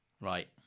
right